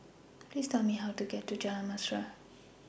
Please Tell Me How to get to Jalan Mesra